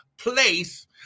Place